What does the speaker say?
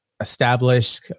Establish